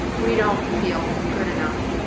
we don't feel good enough.